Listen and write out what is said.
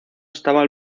estaba